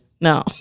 No